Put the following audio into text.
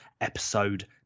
episode